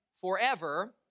forever